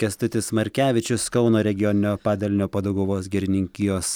kęstutis markevičius kauno regioninio padalinio padauguvos girininkijos